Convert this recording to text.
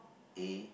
A